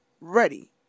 ready